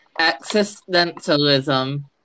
existentialism